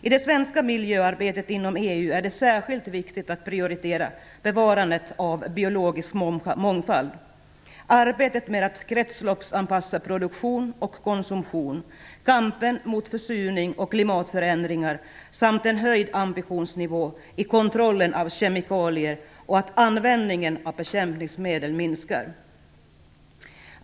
I det svenska miljöarbetet inom EU är det särskilt viktigt att prioritera bevarandet av biologisk mångfald. Det handlar om arbetet med att kretsloppsanpassa produktion och konsumtion, kampen mot försurning och klimatförändringar samt en höjd ambitionsnivå i kontrollen av kemikalier och en minskning av användningen av bekämpningsmedel.